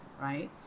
right